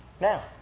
Now